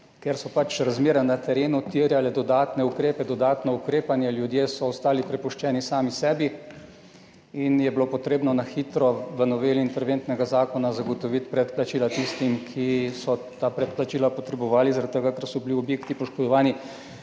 ker so pač razmere na terenu terjale dodatno ukrepanje, ljudje so ostali prepuščeni sami sebi in je bilo treba na hitro v noveli interventnega zakona zagotoviti predplačila tistim, ki so ta predplačila potrebovali zaradi tega, ker so bili objekti poškodovani